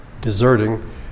deserting